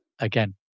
again